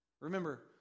Remember